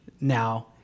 now